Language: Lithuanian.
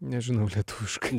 nežinau lietuviškai